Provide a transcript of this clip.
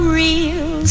real